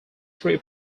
three